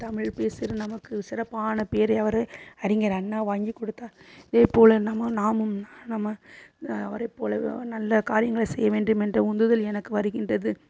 தமிழ் பேசுகிற நமக்கு சிறப்பான பேரை அவர் அறிஞர் அண்ணா வாங்கிக் கொடுத்தார் இதேபோல நம்ம நாமும் ந நம்ம அவரைப் போலவே நல்ல காரியங்களை செய்ய வேண்டுமென்ற உந்துதல் எனக்கு வருகின்றது